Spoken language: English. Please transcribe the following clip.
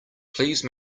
please